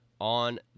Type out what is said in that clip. on